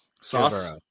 Sauce